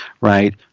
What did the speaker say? right